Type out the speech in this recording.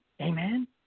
Amen